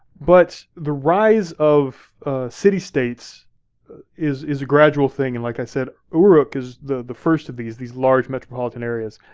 but the rise of city-states is is a gradual thing, and like i said, uruk is the the first of these these large metropolitan areas.